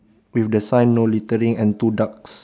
with the sign no littering and two ducks